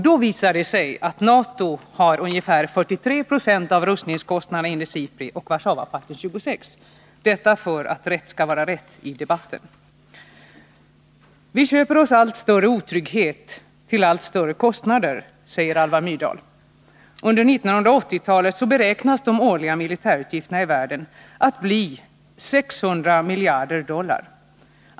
Då visar det sig enligt SIPRI att NATO har ungefär 43 96 av rustningskostnaden och Warszawapakten 26 90. Detta för att rätt skall vara rätt i debatten. ”Vi köper oss allt större otrygghet till allt större kostnader”, säger Alva Myrdal. Under 1980-talet beräknas de årliga militärutgifterna i världen bli 600 miljarder dollar.